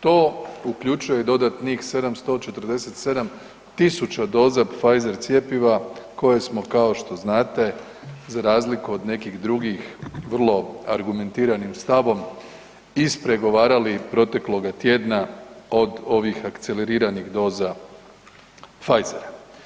To uključuje dodatnih 747 tisuća doza Pfizer cjepiva koje smo, kao što znate, za razliku od nekih drugih, vrlo argumentiranim stavom ispregovarali protekloga tjedna od ovih akceleriranih doza Pfizera.